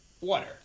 water